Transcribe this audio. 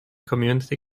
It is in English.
community